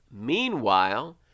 meanwhile